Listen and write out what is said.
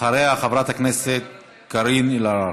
אחריה, חברת הכנסת קארין אלהרר.